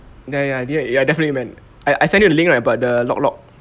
ya ya dinner ya definitely man I I send you a link right about the lok lok